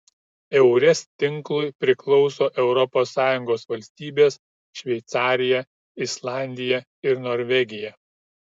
eures tinklui priklauso europos sąjungos valstybės šveicarija islandija ir norvegija